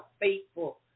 faithful